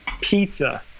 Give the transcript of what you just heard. pizza